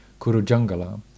Kurujangala